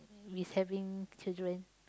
if having children